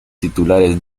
titulares